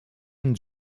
and